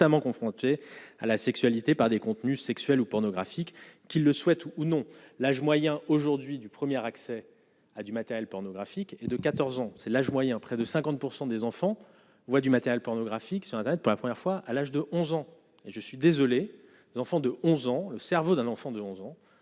confrontés à la sexualité par des contenu sexuel ou pornographique qui le souhaitent ou non l'âge moyen aujourd'hui du premier accès à du matériel pornographique et de 14 ans c'est l'âge moyen très de 50 % des enfants voix du matériel pornographique sur internet pour la première fois à l'âge de 11 ans. Et je suis désolé, l'enfant de 11 ans le cerveau d'un enfant de 11 ans